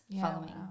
following